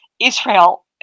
israel